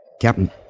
Captain